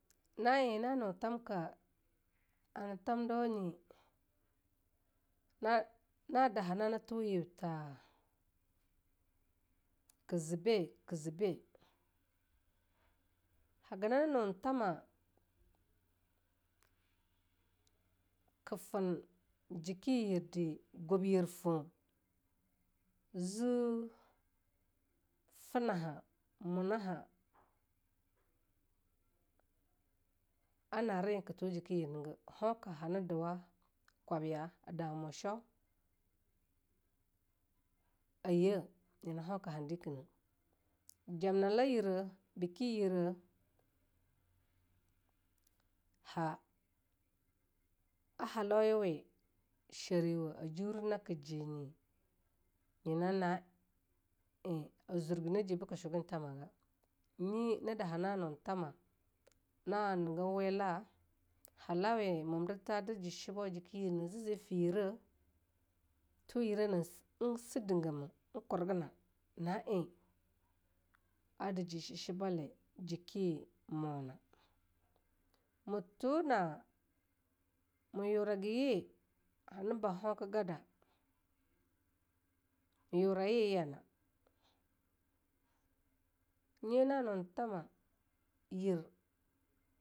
Na'i na nue tamka hana tamdawa nye, na-na daha na ne toe yeb tha ke zibe, kezibe. haga ne noe tama ke fen jike yir de gub yir foe zi funaha munaha a nari ea ke toe jike yir ne ge, hoe hana dowa, kwabya a damu shoe a ye nyena hoeka han dikene. Jammala yire bike yire ha-ahalawawe shiriwa a juri naka jinye nye na'ae a zurgina ji beke shoegen tamaga. nyi na daha namoe tama, na nege wila'a halawae momdirta a dir ji shishibo jike yirne ze fae nyire toe yire nan sae dingime en kurgena na'a a daeji sheshiba jike mu na. me toe na ma yurege ye hana ba hoegegada, ma yore ye yana, nye na noe tama yir.